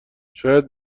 شاید